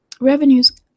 revenues